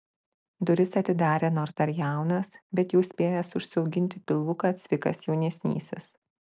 duris atidarė nors dar jaunas bet jau spėjęs užsiauginti pilvuką cvikas jaunesnysis